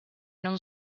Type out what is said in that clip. non